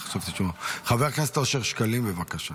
חבר הכנסת אושר שקלים, בבקשה.